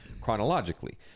chronologically